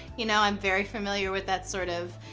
you know i'm very familiar with that sort of